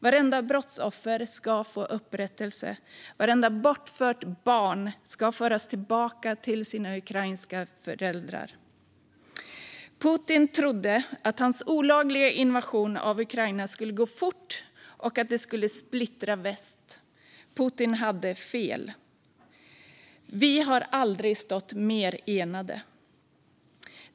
Vartenda brottsoffer ska få upprättelse, och vartenda bortfört barn ska föras tillbaka till sina ukrainska föräldrar. Putin trodde att hans olagliga invasion av Ukraina skulle gå fort och att det skulle splittra väst. Putin hade fel. Vi har aldrig stått mer enade.